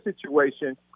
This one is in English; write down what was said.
situation